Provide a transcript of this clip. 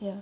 ya